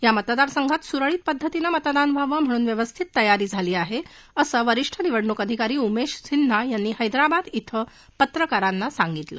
या मतदारसंघात सुरळीत पद्धतीनं मतदान व्हावं म्हणून व्यवस्थित तयारी केली आहे असं वरिष्ठ निवडणूक अधिकारी उमेश सिन्हा यांनी हैदराबाद िवं पत्रकारांना सांगितलं